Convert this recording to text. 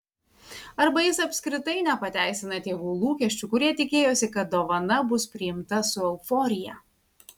arba jis apskritai nepateisina tėvų lūkesčių kurie tikėjosi kad dovana bus priimta su euforija